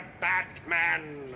Batman